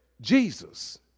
Jesus